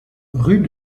rue